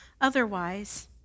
Otherwise